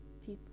people